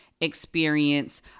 experience